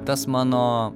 tas mano